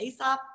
ASAP